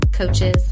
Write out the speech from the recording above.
Coaches